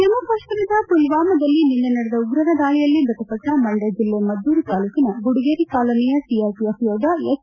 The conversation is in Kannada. ಜಮ್ಮೆ ಕಾಶ್ಮೀರದ ಮಲ್ವಾಮಾದಲ್ಲಿ ನಿನ್ನೆ ನಡೆದ ಉಗ್ರರ ದಾಳಿಯಲ್ಲಿ ಮೃತಪಟ್ಟ ಮಂಡ್ಕ ಜಿಲ್ಲೆ ಮದ್ದೂರು ತಾಲೂಕಿನ ಗುಡಿಗೆರೆ ಕಾಲೋನಿಯ ಸಿಆರ್ಪಿಎಫ್ ಯೋಧ ಎಚ್